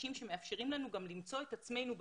חדשים שמאפשרים לנו גם למצוא את עצמנו בדרך,